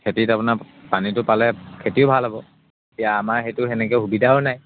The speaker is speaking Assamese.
খেতিত আপোনাৰ পানীটো পালে খেতিও ভাল হ'ব এতিয়া আমাৰ সেইটো সেনেকে সুবিধাও নাই